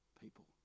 people